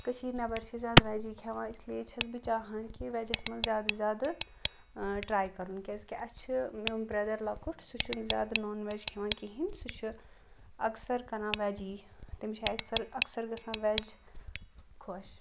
کٔشیٖر نیٚبر چھِ زیاد ویٚجی کھیٚوان اِسلیے چھَس بہٕ چاہان کہِ ویٚجَس مَنٛز زیادٕ زیادٕ ٹرٛے کَرُن کیٛازکہِ اَسہِ چھ میٛون برادَر لۅکُٹ سُہ چھُ زیاد نان ویٚج کھیٚوان کِہیٖنٛۍ سُہ چھُ اَکثر کَران ویٚجی تیٚمِس چھِ اکسل اَکثر گَژھان ویٚج خۄش